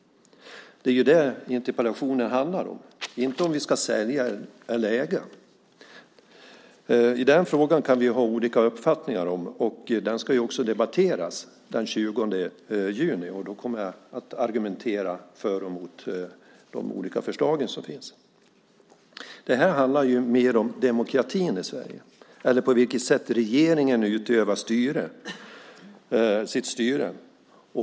Det är detta som interpellationen handlar om, inte om vi ska sälja eller äga. Om den frågan kan vi ha olika uppfattningar, men den ska debatteras också den 20 juni. Då kommer jag att argumentera för och emot de olika förslagen. Här handlar det mer om demokratin i Sverige, om det sätt på vilket regeringen utövar sitt styre.